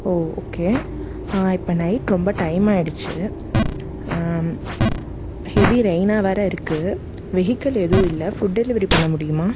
ஓ okay இப்போ night ரொம்ப time ஆகிடிச்சு ஹெவி ரெயினாக வேறு இருக்குது வெஹிக்கள் எதுவும் இல்லை ஃபுட் டெலிவரி பண்ண முடியுமா